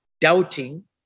doubting